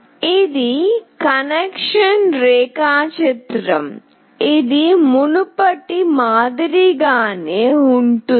ఇది కనెక్షన్ రేఖాచిత్రం ఇది మునుపటి మాదిరిగానే ఉంటుంది